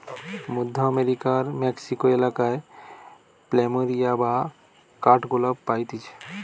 মধ্য আমেরিকার মেক্সিকো এলাকায় প্ল্যামেরিয়া বা কাঠগোলাপ পাইতিছে